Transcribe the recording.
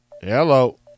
Hello